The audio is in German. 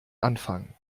anfang